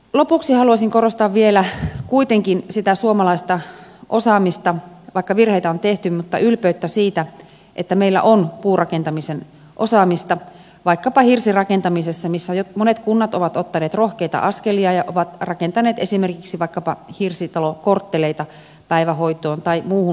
lopuksi haluaisin korostaa vielä kuitenkin sitä suomalaista osaamista vaikka virheitä on tehty ylpeyttä siitä että meillä on puurakentamisen osaamista vaikkapa hirsirakentamisessa missä jo monet kunnat ovat ottaneet rohkeita askelia ja ovat rakentaneet esimerkiksi vaikkapa hirsitalokortteleita päivähoitoon tai muuhun julkiseen rakentamiseen